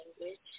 language